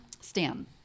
Stan